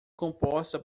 composta